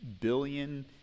billion